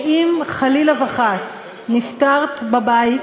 שאם חלילה וחס נפטרת בבית,